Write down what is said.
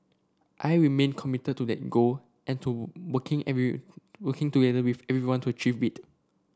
I remain committed to that goal and to working working together with everyone to achieve it